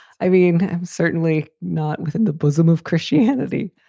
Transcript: i mean, i'm certainly not within the bosom of christianity.